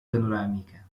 panorâmica